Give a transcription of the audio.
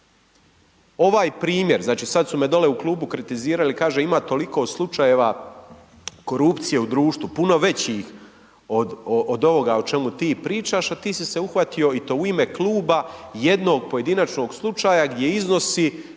Ovaj primjer znači sada su me dole u klubu kritizirali, kaže ima toliko slučajeva korupcije, u društvu, puno većih od ovoga o čemu ti pričaš, a ti si se uhvatio i to u ime kluba, jednog pojedinačnog slučaja, gdje iznosi,